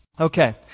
okay